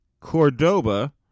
Cordoba